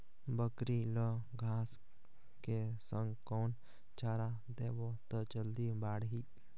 बकरी ल घांस के संग कौन चारा देबो त जल्दी बढाही?